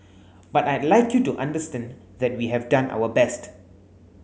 but I'd like you to understand that we have done our best